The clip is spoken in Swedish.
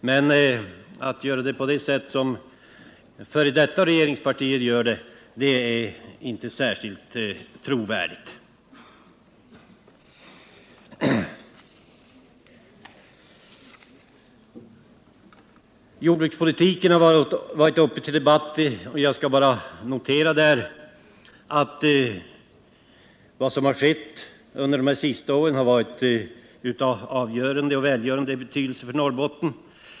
Men när företrädare för ett tidigare regeringsparti gör det blir det inte särskilt trovärdigt. Jordbrukspolitiken har varit uppe till debatt här, och jag skall bara notera att vad som har skett under de senaste åren har varit av avgörande och välgörande betydelse för Norrbotten.